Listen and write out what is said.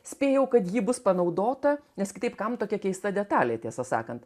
spėjau kad ji bus panaudota nes kitaip kam tokia keista detalė tiesą sakant